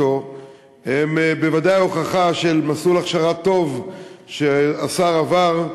הם בוודאי הוכחה למסלול הכשרה טוב שהשר עבר.